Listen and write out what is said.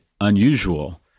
unusual